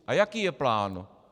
A jaký je plán?